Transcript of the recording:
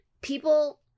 people